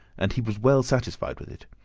and he was well satisfied with it.